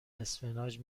اسفناج